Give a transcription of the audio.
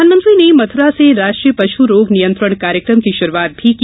प्रधानमंत्री ने मथुरा से राष्ट्रीय पश् रोग नियंत्रण कार्यक्रम की शुरूआत भी की